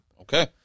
Okay